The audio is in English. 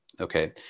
Okay